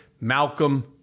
Malcolm